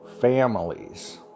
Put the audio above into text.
families